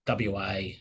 WA